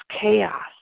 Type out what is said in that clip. chaos